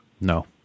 No